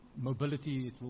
mobility